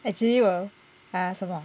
actually 我 ah 什么